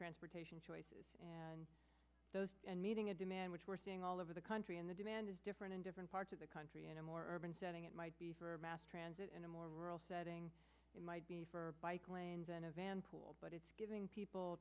transportation choices and meeting a demand which we're seeing all over the country and the demand is different in different parts of the country in a more urban setting it might be for mass transit in a more rural setting it might be for bike lanes and a van pool but it's giving people